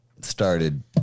started